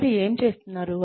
వారు ఏమి చేస్తున్నారు